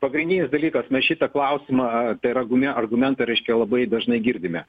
pagrindinis dalykas mes šitą klausimą tai yra gumi argumentai reiškia labai dažnai girdime